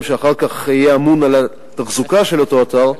שאחר כך יהיה אמון על התחזוקה של אותו אתר,